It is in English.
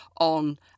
on